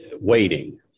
waiting